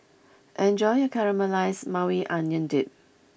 enjoy your Caramelized Maui Onion Dip